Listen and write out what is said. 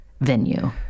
venue